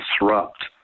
disrupt